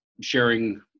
sharing